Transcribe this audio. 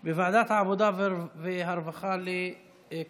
התשפ"ב 2022, לוועדת העבודה והרווחה נתקבלה.